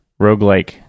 roguelike